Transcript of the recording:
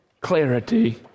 clarity